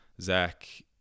Zach